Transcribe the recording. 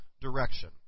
direction